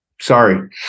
Sorry